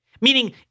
Meaning